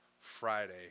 Friday